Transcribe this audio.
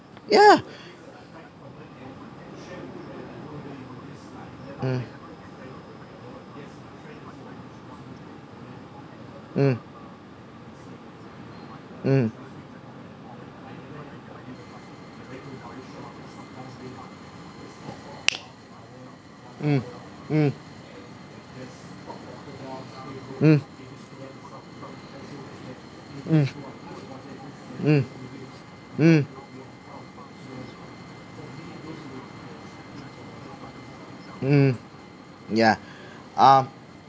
yeah mm mm mm mm mm mm mm mm yeah um